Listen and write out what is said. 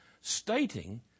stating